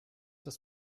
das